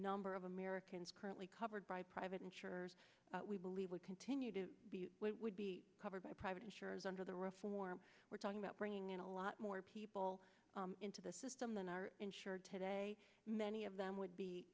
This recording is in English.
number of americans currently covered by private insurers we believe would continue to be would be covered by private insurers under the reform we're talking about bringing in a lot more people into the system than are insured today many of them would be